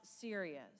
serious